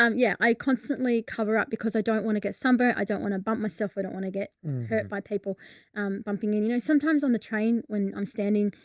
um yeah, i constantly cover up because i don't want to get sun burnt. i don't want to bump myself. i don't want to get hurt by people bumping in, you know, sometimes on the train when i'm standing,